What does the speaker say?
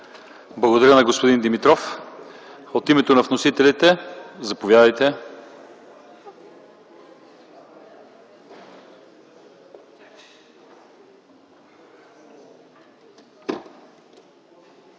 Благодаря на господин Димитров. От името на вносителите – заповядайте. ЕМИЛ